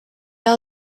are